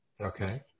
okay